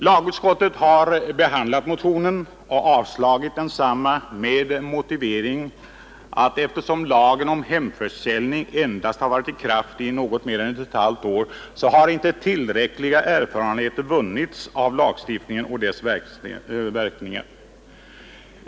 Lagutskottet har behandlat motionen och avstyrkt densamma med motivering att eftersom lagen om hemförsäljning varit i kraft endast något mer än ett och ett halvt år har inte tillräckliga erfarenheter vunnits av lagstiftningen och dess verkningar.